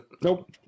Nope